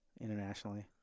internationally